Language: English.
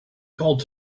called